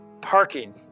parking